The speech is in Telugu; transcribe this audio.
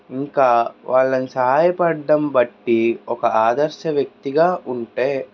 ఇంకా వాళ్ళని సహాయపడడం బట్టి ఒక ఆదర్శ వ్యక్తిగా ఉంటే